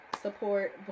support